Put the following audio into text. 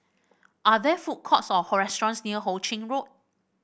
are there food courts or restaurants near Ho Ching Road